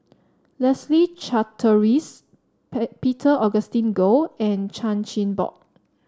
Leslie Charteris Peter Augustine Goh and Chan Chin Bock